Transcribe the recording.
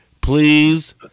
Please